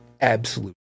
absolute